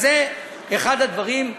אז זה אחד הדברים,